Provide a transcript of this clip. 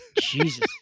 Jesus